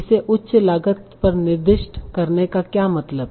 इसे उच्च लागत पर निर्दिष्ट करने का क्या मतलब है